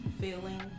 feeling